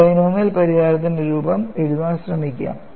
ഈ ബൈനോമിയൽ പരിഹാരത്തിന്റെ രൂപം എഴുതാൻ ശ്രമിക്കുക